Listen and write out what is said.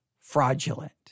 fraudulent